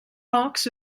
box